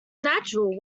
natural